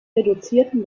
reduzierten